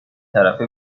طرفه